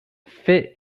fit